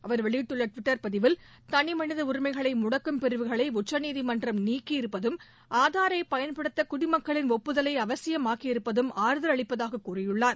அவர் வெளியிட்டுள்ள டுவிட்டர் பதிவில் தனிமனித உரிமைகளை முடக்கும் பிரிவுகளை உச்சநீதிமன்றம் நீக்கியிருப்பதும் ஒப்புதலை அவசியமாக்கியிருப்பதும் ஆறுதல் அளிப்பதாகக் கூறியுள்ளார்